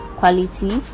quality